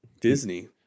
Disney